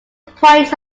points